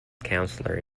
counsellor